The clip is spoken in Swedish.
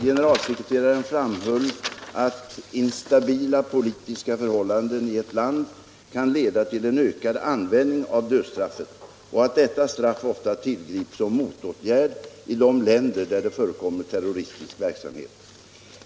Generalsekreteraren framhöll att instabila politiska förhållanden i ett land kan leda till en ökad användning av dödsstraffet och att detta straff ofta tillgrips som motåtgärd i de länder där det förekommer terroristisk verksamhet.